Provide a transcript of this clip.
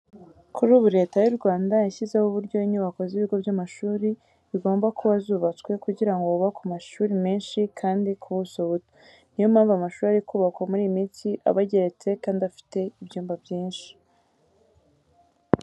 Kuri ubu Leta y'u Rwanda yashyizeho uburyo inyubako z'ibigo by'amashuri bigomba kuba zubatswe kugira ngo hubakwe amashuri menshi kandi ku buso buto. Niyo mpamvu amashuri ari kubakwa muri iyi minsi aba ageretse kandi afite ibyumba byinshi.